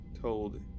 told